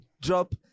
drop